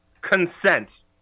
consent